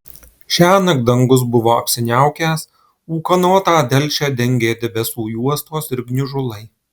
šiąnakt dangus buvo apsiniaukęs ūkanotą delčią dengė debesų juostos ir gniužulai